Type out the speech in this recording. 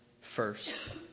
first